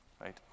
right